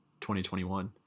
2021